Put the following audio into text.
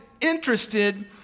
interested